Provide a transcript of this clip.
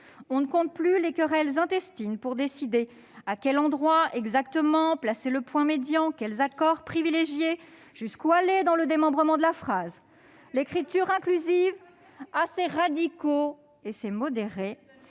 On ne compte plus les querelles intestines pour décider à quel endroit exactement placer le point médian, quels accords privilégier, jusqu'où aller dans le démembrement de la phrase. L'écriture inclusive a ses radicaux et ses modérés,